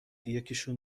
یکیشون